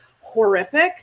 horrific